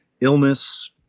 Illness